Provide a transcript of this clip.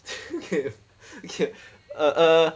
kay kay uh uh